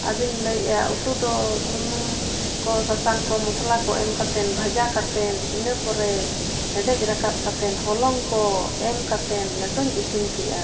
ᱟᱫᱚᱧ ᱞᱟᱹᱭᱮᱫᱼᱟ ᱩᱛᱩ ᱫᱚ ᱥᱩᱱᱩᱢ ᱠᱚ ᱥᱟᱥᱟᱝ ᱠᱚ ᱢᱚᱥᱞᱟ ᱠᱚ ᱮᱢ ᱠᱟᱛᱮᱫ ᱵᱷᱟᱡᱟ ᱠᱟᱛᱮᱫ ᱤᱱᱟᱹ ᱯᱚᱨᱮ ᱦᱮᱰᱮᱡ ᱨᱟᱠᱟᱵ ᱠᱟᱛᱮᱫ ᱦᱚᱞᱚᱝ ᱠᱚ ᱮᱢ ᱠᱟᱛᱮᱫ ᱞᱮᱴᱚᱧ ᱤᱥᱤᱱ ᱠᱮᱫᱼᱟ